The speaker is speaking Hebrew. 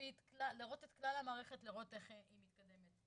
להראות את כלל המערכת ולראות איך היא מתקדמת.